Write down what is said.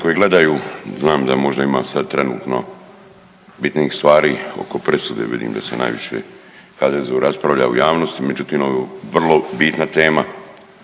koji gledaju znam da možda ima sad trenutno bitnijih stvari oko presude vidim da se najviše HDZ-u raspravlja u javnosti, međutim ovo je vrlo bitna teme.